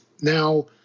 Now